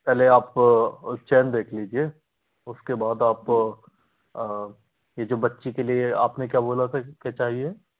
पहले आप चैन देख लीजिए उसके बाद आप ये जो बच्ची के लिए आपने क्या बोला था कि क्या चाहिए